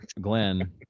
Glenn